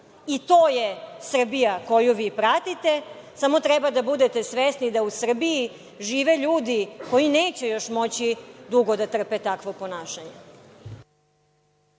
To je Srbija koju vi pratite, samo treba da budete svesni da u Srbiji žive ljudi koji neće još moći dugo da trpe takvo ponašanje.